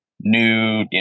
new